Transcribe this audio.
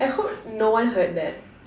I I hope no one heard that